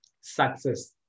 success